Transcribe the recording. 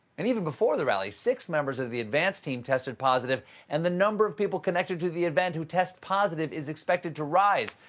and even before the rally, six members of the advance team tested positive and the number of people connected to the event who test positive is expected to rise.